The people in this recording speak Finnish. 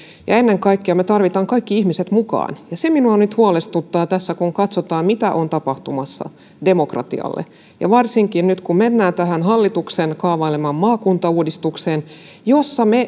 ennen kaikkea me tarvitsemme kaikki ihmiset mukaan se minua nyt huolestuttaa tässä kun katsotaan mitä on tapahtumassa demokratialle varsinkin nyt kun mennään tähän hallituksen kaavailemaan maakuntauudistukseen jossa me